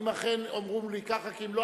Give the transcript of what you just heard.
כי אם לא,